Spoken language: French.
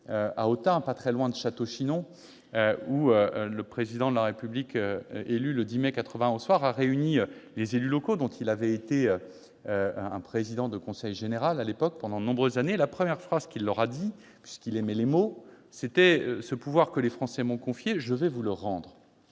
d'Autun, pas très loin de Château-Chinon où le Président de la République élu le 10 mai 1981 au soir a réuni les élus locaux dont il avait été président de conseil général pendant de nombreuses années. Sa première phrase a été de leur dire, lui qui aimait les mots :« Ce pouvoir que les Français m'ont confié, je vais vous le rendre !